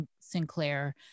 Sinclair